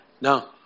No